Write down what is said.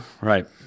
right